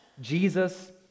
Jesus